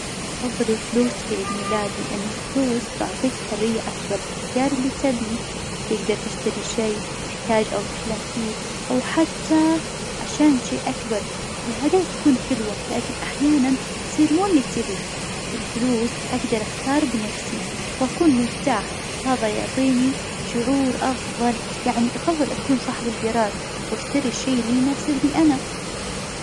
أفظل الفلوس في عيد ميلادي لأن الفلوس تعطيك حرية أكبر في اختيار اللي تبيه. تقدر تشتري شي تحتاج أو تحلم فيه، أو حتى عشان شي أكبر. الهدايا تكون حلوة لكن أحيانا تصير مو اللي تبيه. الفلوس أقدر اختار بنفسي وأكون مرتاح، وهذا يعطيني شعور أفظل. يعني أفظل أكون صاحب القرار واشتري الشي اللي يناسبني أنا.